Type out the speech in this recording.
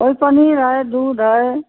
वही पनीर है दूध है